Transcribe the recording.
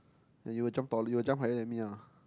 that you'll jump taller you'll jump higher than me lah